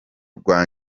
rwa